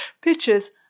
pictures